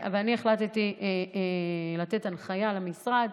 אני החלטתי לתת הנחיה למשרד,